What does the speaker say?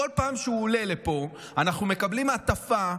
בכל פעם שהוא עולה פה, אנחנו מקבלים הטפה,